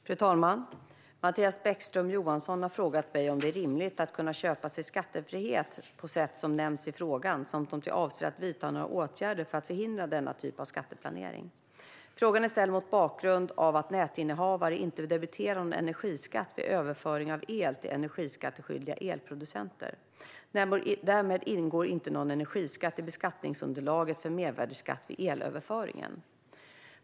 Fru talman! Mattias Bäckström Johansson har frågat mig om det är rimligt att kunna köpa sig skattefrihet på sätt som nämns i frågan samt om jag avser att vidta några åtgärder för att förhindra denna typ av skatteplanering. Frågan är ställd mot bakgrund av att nätinnehavare inte debiterar någon energiskatt vid överföring av el till energiskatteskyldiga elproducenter. Därmed ingår inte någon energiskatt i beskattningsunderlaget för mervärdesskatt vid elöverföringen.